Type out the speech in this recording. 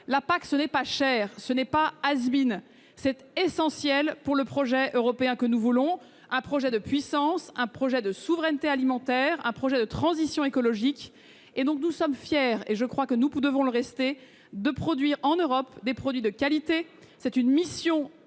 La PAC, ce n'est pas trop cher, ce n'est pas, c'est essentiel pour le projet européen que nous voulons, un projet de puissance, un projet de souveraineté alimentaire, un projet de transition écologique. Nous sommes donc fiers, et je crois que nous devons le rester, de produire en Europe des produits de qualité. C'est une mission extrêmement